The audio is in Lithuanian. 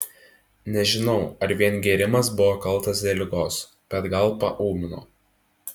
nežinau ar vien gėrimas buvo kaltas dėl ligos bet gal paūmino